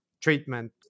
treatment